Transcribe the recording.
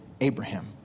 Abraham